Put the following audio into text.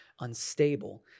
Unstable